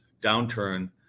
downturn